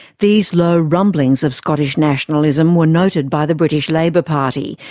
these low rumblings of scottish nationalism were noted by the british labour party,